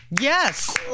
yes